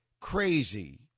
crazy